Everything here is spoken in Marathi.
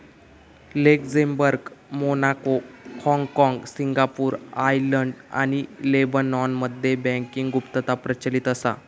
लक्झेंबर्ग, मोनाको, हाँगकाँग, सिंगापूर, आर्यलंड आणि लेबनॉनमध्ये बँकिंग गुप्तता प्रचलित असा